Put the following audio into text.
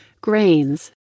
Grains